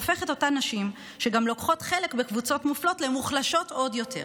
הופך את אותן נשים שגם שייכות לקבוצות מופלות למוחלשות עוד יותר.